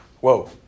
whoa